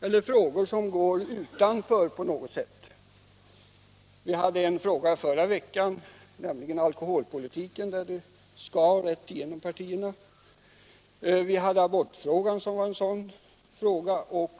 Senast förra veckan behandlades alkoholpolitiken, där uppfattningarna skar genom partigränserna. Även abortfrågan var en sådan fråga.